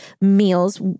meals